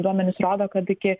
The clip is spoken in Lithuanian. duomenys rodo kad iki